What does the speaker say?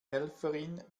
helferin